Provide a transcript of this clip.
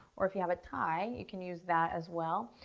or if you have a tie, you can use that as well.